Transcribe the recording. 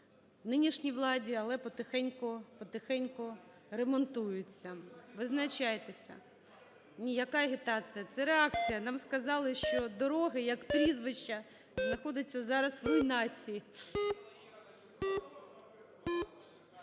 нинішній владі, але потихеньку-потихеньку ремонтуються. Визначайтеся. (Шум у залі) Ні, яка агітація? Це реакція. Нам сказали, що дороги, як прізвища, знаходяться зараз в руйнації.